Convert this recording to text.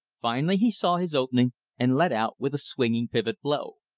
finally he saw his opening and let out with a swinging pivot blow.